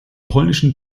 polnischen